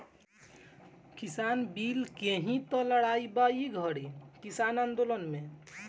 किसान बिल के ही तअ लड़ाई बा ई घरी किसान आन्दोलन में